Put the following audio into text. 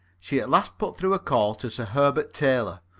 she at last put through a call to sir herbert taylor,